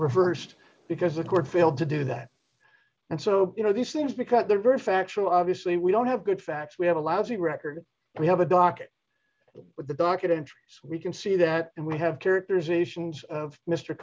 reversed because the court failed to do that and so you know these things because they're very factual obviously we don't have good facts we have a lousy record we have a docket but the docket entries we can see that and we have characterizations of mr